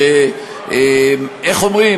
שאיך אומרים?